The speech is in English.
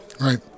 Right